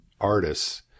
artists